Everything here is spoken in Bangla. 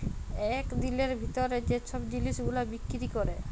ইক দিলের ভিতরে যে ছব জিলিস গুলা বিক্কিরি ক্যরে